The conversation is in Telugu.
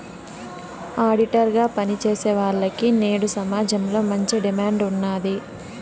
ఆడిటర్ గా పని చేసేవాల్లకి నేడు సమాజంలో మంచి డిమాండ్ ఉన్నాది